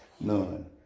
None